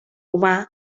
humà